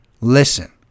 listen